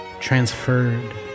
transferred